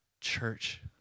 church